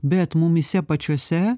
bet mumyse pačiuose